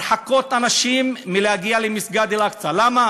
הרחקת אנשים מלהגיע למסגד אל-אקצא, למה?